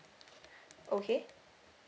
okay